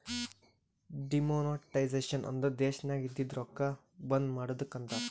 demonetisation ಅಂದುರ್ ದೇಶನಾಗ್ ಇದ್ದಿದು ರೊಕ್ಕಾ ಬಂದ್ ಮಾಡದ್ದುಕ್ ಅಂತಾರ್